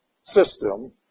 system